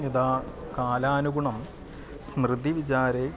यदा कालानुगुणं स्मृतिविचारे